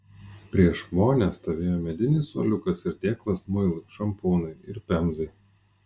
prieš vonią stovėjo medinis suoliukas ir dėklas muilui šampūnui ir pemzai